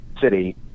city